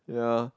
yeah